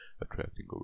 attracting